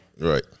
Right